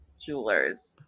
jewelers